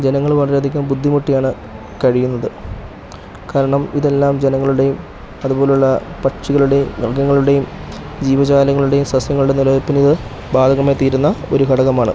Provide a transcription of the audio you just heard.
ജനങ്ങൾ വളരെ അധികം ബുദ്ധിമുട്ടിയാണ് കഴിയുന്നത് കാരണം ഇതെല്ലാം ജനങ്ങളുടെയും അതുപോലുള്ള പക്ഷികളുടെയും മൃഗങ്ങളുടെയും ജീവജാലങ്ങളുടെയും സസ്യങ്ങളുടെ നിലനിൽപ്പിന് ഇത് ബാധകമായി തീരുന്ന ഒരു ഘടകമാണ്